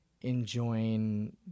enjoying